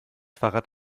fahrrad